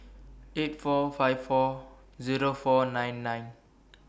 eight four five four Zero four nine nine